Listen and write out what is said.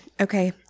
Okay